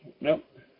Nope